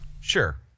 Sure